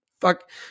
fuck